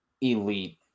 elite